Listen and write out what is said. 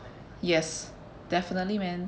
yes definitely man